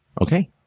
okay